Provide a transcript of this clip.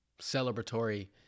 celebratory